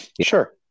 Sure